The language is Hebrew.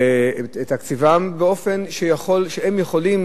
באופן שהן יכולות